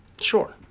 Sure